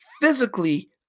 physically